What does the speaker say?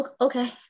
Okay